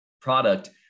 product